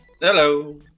hello